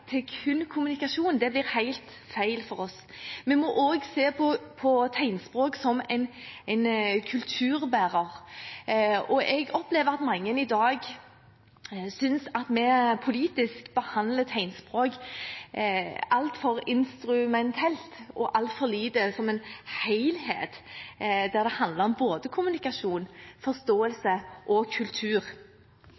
til kun kommunikasjon blir helt feil for oss. Vi må også se på tegnspråk som en kulturbærer. Jeg opplever at mange i dag synes at vi politisk behandler tegnspråk altfor instrumentelt og altfor lite som en helhet som handler om både kommunikasjon,